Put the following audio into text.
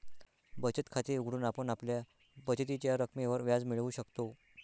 बचत खाते उघडून आपण आपल्या बचतीच्या रकमेवर व्याज मिळवू शकतो